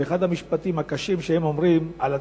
ואחד המשפטים הקשים שהם אומרים על עצמם: